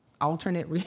Alternate